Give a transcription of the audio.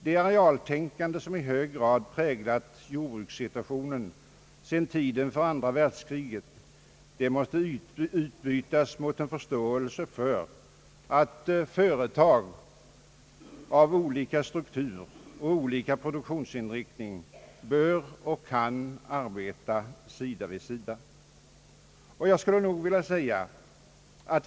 Det arealtänkande som i hög grad präglat jordbrukssituationen sedan tiden för andra världskriget måste utbytas mot en förståelse för att företag av olika struktur och olika produktionsinriktning bör och kan arbeta sida vid sida.